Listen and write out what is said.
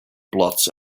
blots